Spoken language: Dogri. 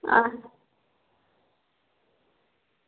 आं